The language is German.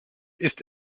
ist